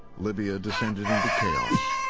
libya descended into chaos.